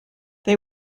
they